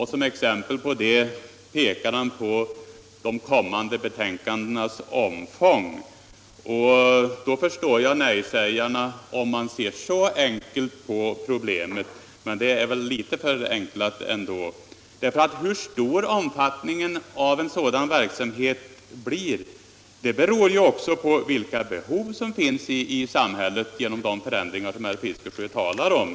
Såsom exempel på detta pekar han på de kommande betänkandenas omfång. Om man ser så enkelt på problemet, förstår jag nej-sägarna. Men det är väl litet förenklat. Omfattningen av en sådan verksamhet beror ju på vilka behov som uppstår i samhället genom de förändringar som herr Fiskesjö talar om.